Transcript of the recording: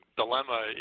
dilemma